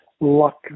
luck